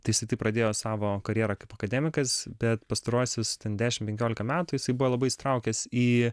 tai jisai taip pradėjo savo karjerą kaip akademikas bet pastaruosius ten dešim penkiolika metų jisai buvo labai įsitraukęs į